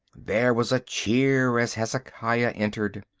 there was a cheer as hezekiah entered.